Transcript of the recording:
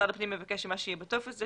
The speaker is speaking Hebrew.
ומשרד הפנים מבקש שמה שיהיה בטופס זה